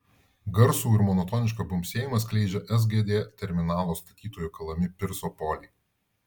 garsų ir monotonišką bumbsėjimą skleidžia sgd terminalo statytojų kalami pirso poliai